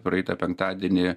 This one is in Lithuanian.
praeitą penktadienį